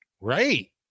Right